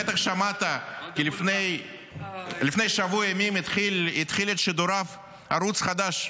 בטח שמעת כי לפני שבוע ימים התחיל את שידוריו ערוץ חדש,